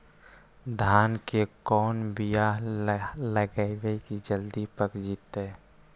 धान के कोन बियाह लगइबै की जल्दी पक जितै?